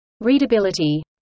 Readability